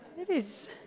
it is